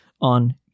on